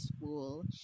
school